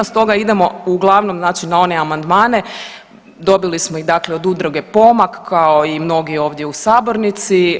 Stoga idemo uglavnom znači na one amandmane, dobili smo ih dakle od Udruge Pomak kao i mnogi ovdje u sabornici.